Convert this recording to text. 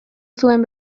zuen